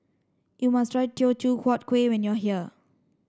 you must try Teochew Huat Kuih when you are here